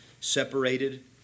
separated